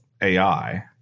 AI